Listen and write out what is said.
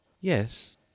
Yes